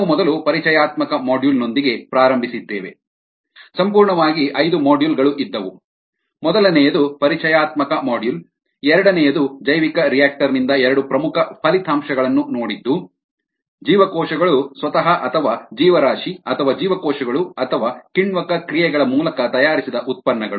ನಾವು ಮೊದಲು ಪರಿಚಯಾತ್ಮಕ ಮಾಡ್ಯೂಲ್ನೊಂದಿಗೆ ಪ್ರಾರಂಭಿಸಿದ್ದೇವೆ ಸಂಪೂರ್ಣವಾಗಿ ಐದು ಮಾಡ್ಯೂಲ್ ಗಳು ಇದ್ದವು ಮೊದಲನೆಯದು ಪರಿಚಯಾತ್ಮಕ ಮಾಡ್ಯೂಲ್ ಎರಡನೆಯದು ಜೈವಿಕರಿಯಾಕ್ಟರ್ ನಿಂದ ಎರಡು ಪ್ರಮುಖ ಫಲಿತಾಂಶಗಳನ್ನು ನೋಡಿದ್ದು ಜೀವಕೋಶಗಳು ಸ್ವತಃ ಅಥವಾ ಜೀವರಾಶಿ ಅಥವಾ ಜೀವಕೋಶಗಳು ಅಥವಾ ಕಿಣ್ವಕ ಕ್ರಿಯೆಗಳ ಮೂಲಕ ತಯಾರಿಸಿದ ಉತ್ಪನ್ನಗಳು